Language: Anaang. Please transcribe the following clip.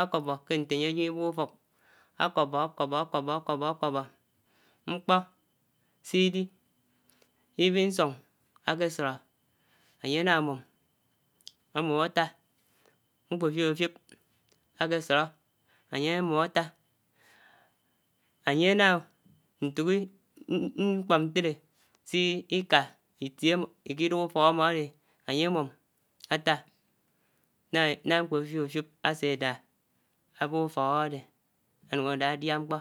ákòkpó kè ntè ányè áyèm ibub ufòk, ákòkpó, ákòkpó, ákòkpó. ákòkpó. ákòkpó mkpò sé di even nsung ákpè fudó ányè ádá mu̱m ámu̱m àtà, mkpòhfiòfiòp ákè sòró ányè ámu̱m àtá ányè ànà, ntòk mkpò ntèdè sika Itie ámò ikuduk Itiè ámò ádè ányè ámu̱m átà nághà mkpòhfiòfiòp ásè dà ábub ufòk ámmò ádèdé ánuk ásè dà àdià mkpò.